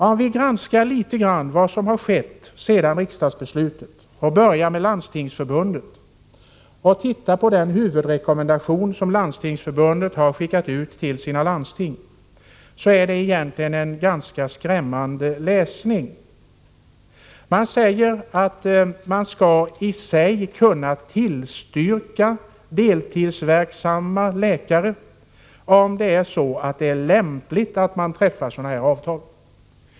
Om vi granskar den huvudrekommendation som Landstingsförbundet skickat till landstingen, finner vi att det är en ganska skrämmande läsning. Det sägs att man i sig skall kunna tillstyrka deltidsverksamma läkare, om det är lämpligt att man träffar sådana här avtal.